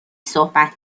صحبت